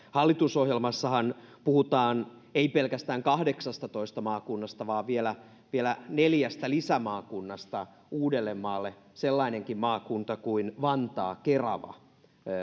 hallitusohjelmassahan puhutaan ei pelkästään kahdeksastatoista maakunnasta vaan vielä vielä neljästä lisämaakunnasta uudellemaalle sellainenkin maakunta kuin vantaa kerava